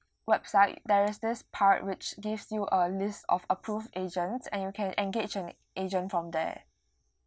website there is this part which gives you a list of approved agents and you can engage an agent from there